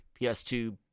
PS2